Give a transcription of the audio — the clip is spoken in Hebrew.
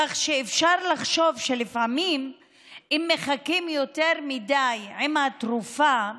כך שאפשר לחשוב שלפעמים אם מחכים יותר מדי עם התרופה,